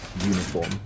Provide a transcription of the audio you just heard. uniform